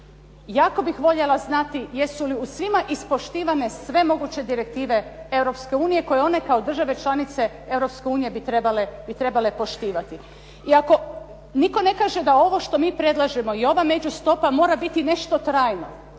jako bih voljela znati jesu li u svima ispoštivane sve moguće direktive Europske unije, koje one kao države članice Europske unije bi trebale poštivati i ako, nitko ne kaže da ovo što mi predlažemo i ova međustopa mora biti nešto trajno,